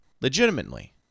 legitimately